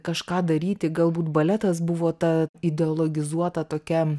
kažką daryti galbūt baletas buvo ta ideologizuota tokia